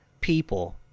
people